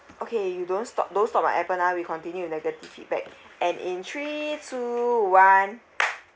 okay you don't stop don't stop my appen ah we continue with negative feedback and in three two one